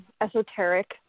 esoteric